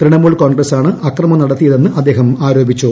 തൃണമൂൽ കോൺഗ്രസ്സാണ് അക്രമം നടത്തിയതെന്ന് അദ്ദേഹം ആരോപിച്ചു